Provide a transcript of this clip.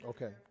Okay